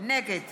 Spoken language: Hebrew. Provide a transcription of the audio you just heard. נגד